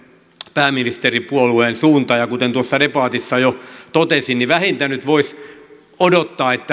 pääministeripuolueen suuntaan ja kuten tuossa debatissa jo totesin niin vähintään nyt voisi odottaa että